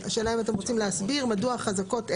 השאלה אם אתם רוצים להסביר מדוע דווקא חזקות אלה,